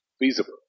feasible